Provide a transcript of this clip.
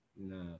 no